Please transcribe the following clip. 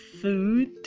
food